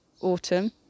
Autumn